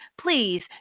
please